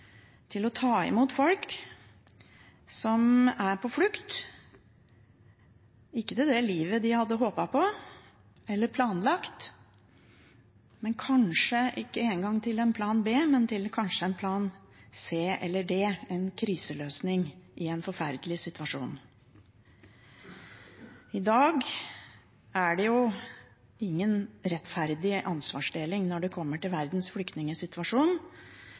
til å ta imot folk som er på flukt, ikke til det livet de hadde håpet på eller planlagt, kanskje ikke engang til en plan B, men til en plan C eller D – en kriseløsning i en forferdelig situasjon. I dag er det ingen rettferdig ansvarsdeling når det kommer til verdens flyktningsituasjon.